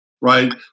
right